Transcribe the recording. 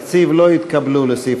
59. אני קובע כי התקבל סעיף